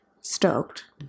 stoked